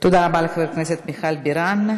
תודה לחברת הכנסת מיכל בירן.